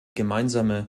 gemeinsame